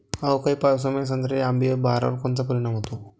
अवकाळी पावसामुळे संत्र्याच्या अंबीया बहारावर कोनचा परिणाम होतो?